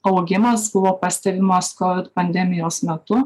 augimas buvo pastebimas covid pandemijos metu